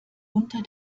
unter